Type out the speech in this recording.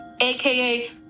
AKA